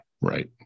Right